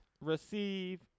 receive